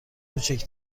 کوچک